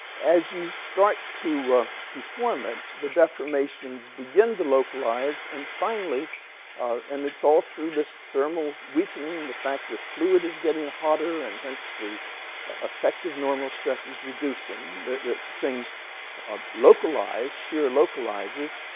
as you start to deform it the deformations begin to localize and finally and it's all through this thermal weakening the fact that fluid is getting hotter and hence the effective normal stress is reducing that that things ah localize, shear localizes.